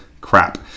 crap